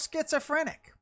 schizophrenic